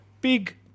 big